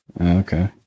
Okay